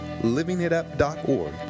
LivingItUp.org